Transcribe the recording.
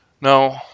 Now